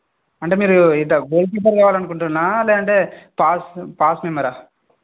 అంటే మీరు ఇట్టా కావాలనుకుంటుర్రా లేదంటే పాస్ పాస్ మెంబరా